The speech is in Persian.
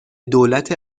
دولت